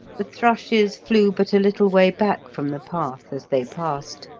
the thrushes flew but a little way back from the path as they passed,